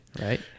right